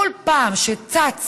כל פעם שצצה